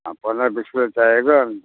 अँ पन्ध्र बिस किलो चाहिएको